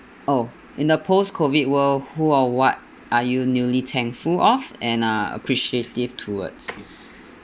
oh in the post-COVID world who or what are you newly thankful of and uh appreciative towards